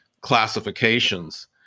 classifications